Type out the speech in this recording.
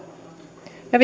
ja